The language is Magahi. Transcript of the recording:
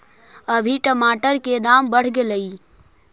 अभी टमाटर के दाम बढ़ गेलइ